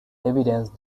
evidence